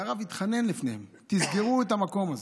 והרב התחנן בפניהם: תסגרו את המקום הזה.